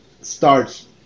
starts